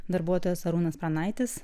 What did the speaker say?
darbuotojas arūnas pranaitis